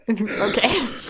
Okay